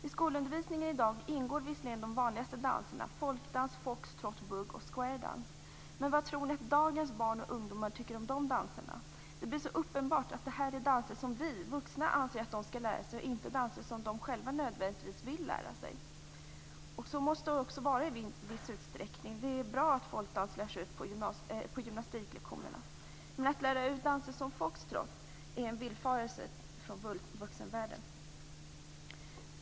I skolundervisningen i dag ingår visserligen de vanligaste danserna; folkdans, foxtrot, bugg och square dance. Men vad tror ni att dagens barn och ungdomar tycker om de danserna? Det blir så uppenbart att det här är danser som vi vuxna anser att de skall lära sig och inte danser som de själva nödvändigtvis vill lära sig. Så måste det också vara i viss utsträckning. Det är bra att folkdans lärs ut på gymnastiklektionerna. Men att lära ut danser som foxtrot är en villfarelse från vuxenvärldens sida.